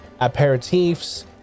aperitifs